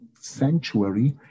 sanctuary